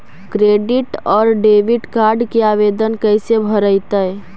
Credit और debit card के आवेदन कैसे भरैतैय?